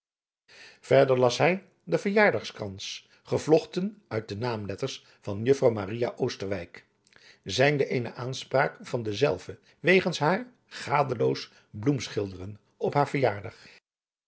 verder las hij den verjaarkrans gevlochten uit de naamletteren van juffrouw maria oosterweyck zijnde eene aanspraak aan dezelve wegens haar gadeloos bloemschilderen op haar verjaardag